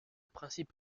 principe